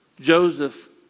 Joseph